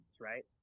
right